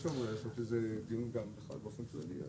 צריך לחשוב, אולי לקיים דיון באופן כללי.